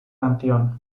canción